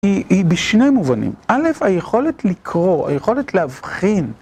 היא בשני מובנים. א', היכולת לקרוא, היכולת להבחין.